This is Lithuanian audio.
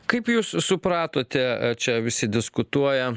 kaip jūs supratote čia visi diskutuoja